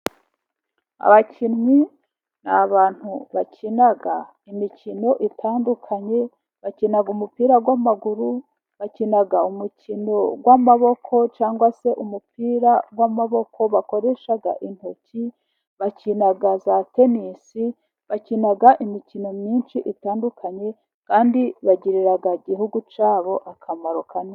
Abakinnyi ni abantu bakina imikino itandukanye, bakina umupira w'amaguru, bakina umukino w'amaboko cyangwa se umupira w'amaboko bakoresha intoki, bakina za tenisi , bakina imikino myinshi itandukanye kandi bagirira igihugu cyabo akamaro kanini.